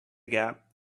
gap